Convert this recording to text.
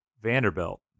Vanderbilt